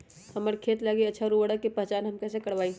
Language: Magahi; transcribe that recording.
हमार खेत लागी अच्छा उर्वरक के पहचान हम कैसे करवाई?